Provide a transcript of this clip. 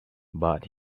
but